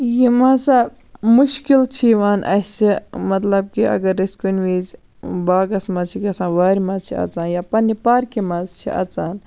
یِم ہَسا مُشکِل چھِ یِوان اَسہِ مَطلَب کہِ اَگر أسۍ کُنہِ وِز باغَس مَنٛز چھِ گَژھان وارِ مَنٛز چھِ اَژان یا پَننہِ پارکہِ مَنٛز چھِ اَژان